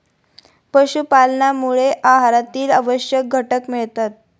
पशुपालनामुळे आहारातील आवश्यक घटक मिळतात